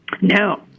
No